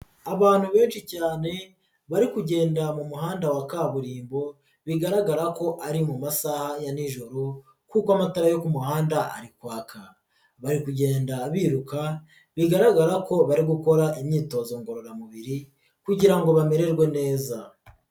Abantu benshi cyane, bari kugenda mu muhanda wa kaburimbo, bigaragara ko ari mu masaha ya nijoro kuko amatara yo ku muhanda ari kwaka, bari kugenda biruka, bigaragara ko bari gukora imyitozo ngororamubiri kugira ngo bamererwe neza.